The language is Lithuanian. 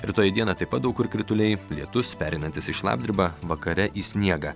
rytoj dieną taip pat daug kur krituliai lietus pereinantis į šlapdribą vakare į sniegą